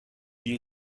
die